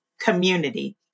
community